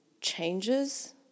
changes